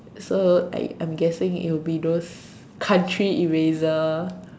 so I I'm guessing it will be those country eraser